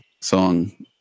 song